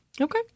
Okay